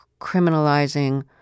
criminalizing